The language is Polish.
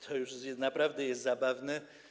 To już naprawdę jest zabawne.